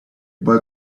boy